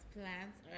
plants